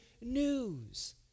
news